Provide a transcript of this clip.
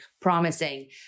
promising